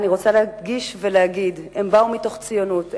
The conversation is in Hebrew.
אני רוצה להדגיש ולהגיד שהם באו מתוך ציונות,